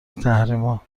تحریما